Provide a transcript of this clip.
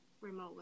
remote